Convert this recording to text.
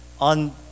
on